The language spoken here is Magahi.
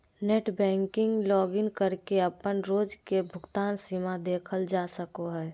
नेटबैंकिंग लॉगिन करके अपन रोज के भुगतान सीमा देखल जा सको हय